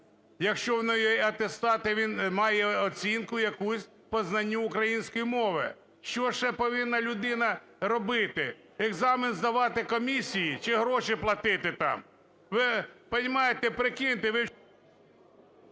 Якщо у нього є атестат, він має оцінку якусь по знанню української мови. Що ще повинна людина робити, екзамен здавати комісії чи гроші платити там? Ви розумієте, прикиньте…